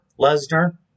Lesnar